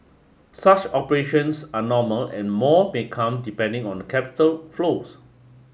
such operations are normal and more may come depending on the capital flows